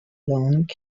long